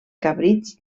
cabrits